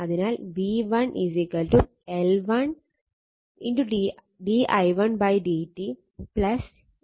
അതിനാൽ v1 L1 d i1 dt M di2 dt ആയിരിക്കും